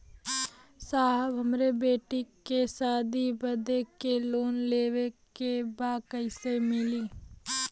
साहब हमरे बेटी के शादी बदे के लोन लेवे के बा कइसे मिलि?